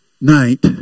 night